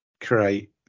create